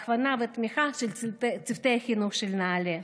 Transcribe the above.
הכוונה ותמיכה של צוותי חינוך של נעל"ה.